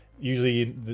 Usually